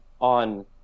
on